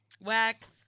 Wax